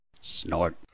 Snort